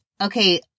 Okay